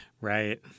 Right